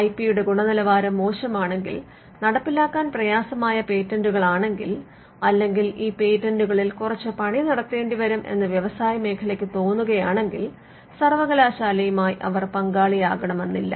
I P യുടെ ഗുണനിലവാരം മോശമാണെങ്കിൽ നടപ്പിലാക്കാൻ പ്രയാസമായ പേറ്റന്റുകൾ ആണെങ്കിൽ അല്ലെങ്കിൽ ഈ പേറ്റന്റുകളിൽ കുറച്ച് പണി നടത്തേണ്ടിവരും എന്ന് വ്യയസായമേഖലയ്ക്ക് തോന്നുകയാണെങ്കിൽ സർവ്വകലാശാലയുമായി അവർ പങ്കാളിയാകണമെന്നില്ല